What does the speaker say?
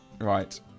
Right